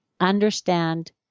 understand